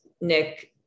Nick